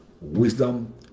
Wisdom